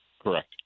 Correct